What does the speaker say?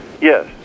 Yes